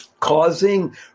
Causing